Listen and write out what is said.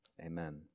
amen